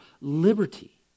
liberty